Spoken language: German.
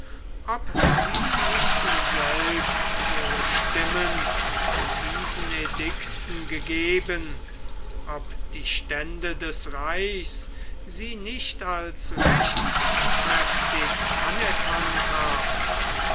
ob sie nicht selbst ihre stimmen zu diesen edikten gegeben ob die stände des reichs sie nicht als rechtskräftig anerkannt haben